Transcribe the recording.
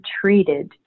treated